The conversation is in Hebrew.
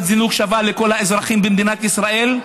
זינוק שווה לכל האזרחים במדינת ישראל,